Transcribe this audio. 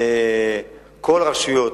כל הרשויות,